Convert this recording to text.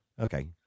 Okay